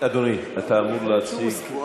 אדוני, אתה אמור להציג.